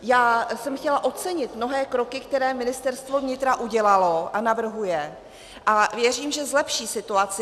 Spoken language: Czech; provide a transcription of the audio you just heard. Já jsem chtěla ocenit mnohé kroky, které Ministerstvo vnitra udělalo a navrhuje, a věřím, že zlepší situaci.